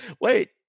wait